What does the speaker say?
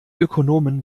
ökonomen